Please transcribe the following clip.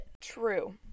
True